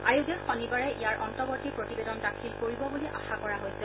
আয়োগে শনিবাৰে ইয়াৰ অন্তৱৰ্গী প্ৰতিবেদন দাখিল কৰিব বুলি আশা কৰা হৈছে